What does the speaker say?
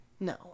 No